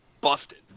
busted